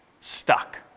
stuck